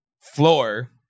floor